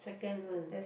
second one